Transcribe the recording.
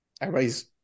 everybody's